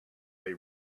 they